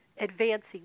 advancing